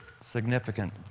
significant